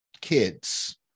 kids